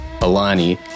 Alani